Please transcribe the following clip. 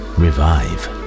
revive